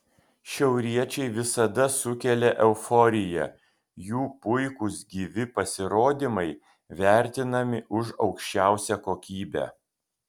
šiauriečiai visada sukelia euforiją jų puikūs gyvi pasirodymai vertinami už aukščiausią kokybę